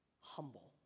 humble